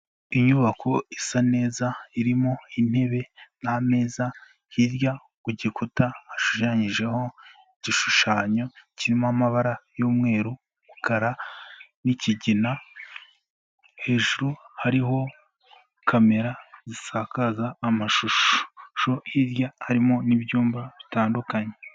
Inyubako isa neza irimo intebe n'ameza, hirya ku gikuta hashushanyijeho igishushanyo kirimo amabara y'umweru, umukara n'ikigina, hejuru hariho kamera zisakaza amashusho, hirya harimo n'ibyumba bitandukanye.